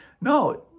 no